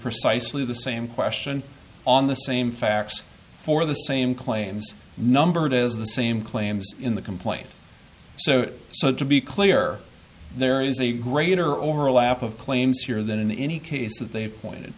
precisely the same question on the same facts for the same claims number it is the same claims in the complaint so so to be clear there is a greater overlap of claims here than in any case that they've pointed